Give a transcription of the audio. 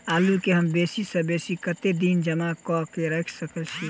आलु केँ हम बेसी सऽ बेसी कतेक दिन जमा कऽ क राइख सकय